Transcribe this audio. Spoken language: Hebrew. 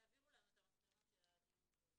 תעבירו לנו את המסקנות של הדיון.